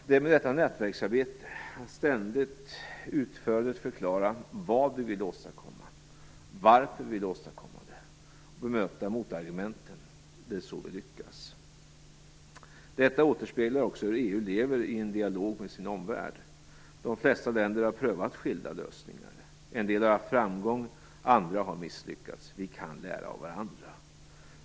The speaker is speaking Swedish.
Det är med detta nätverksarbete - att ständigt utförligt förklara vad vi vill åstadkomma, varför vi vill åstadkomma det och bemöta motargumenten - vi lyckas. Detta återspeglar också hur EU lever i en dialog med sin omvärld. De flesta länder har prövat skilda lösningar. En del har haft framgång, andra har misslyckats. Vi kan lära av varandra.